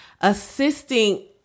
assisting